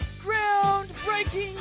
ground-breaking